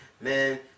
man